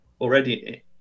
already